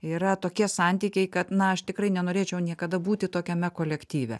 yra tokie santykiai kad na aš tikrai nenorėčiau niekada būti tokiame kolektyve